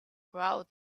proud